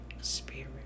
Spirit